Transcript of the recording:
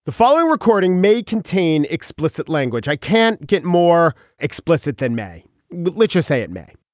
the following recording may contain explicit language i can't get more explicit than may literacy it may